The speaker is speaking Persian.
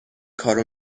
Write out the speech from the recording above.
کارو